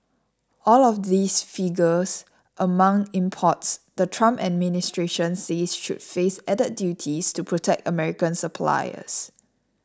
all of these figures among imports the Trump administration says should face added duties to protect American suppliers